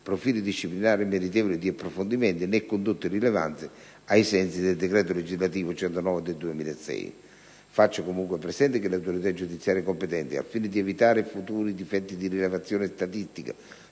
profili disciplinari meritevoli di approfondimento, né condotte rilevanti ai sensi del decreto legislativo n. 109 del 2006. Faccio comunque presente che le autorità giudiziarie competenti, al fine di evitare futuri difetti di rilevazione statistica